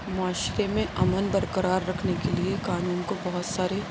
معاشرے میں امن برقرار رکھنے کے لیے قانون کو بہت ساری